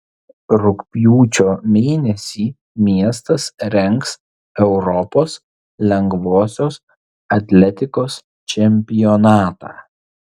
rugpjūčio mėnesį miestas rengs europos lengvosios atletikos čempionatą